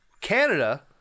Canada